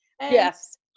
Yes